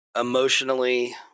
emotionally